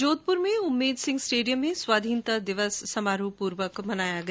जोधप्र में उम्मेद सिंह स्टेडियम में स्वाधीनता दिवस समारोह ध्रमधाम से मनाया गया